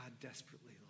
desperately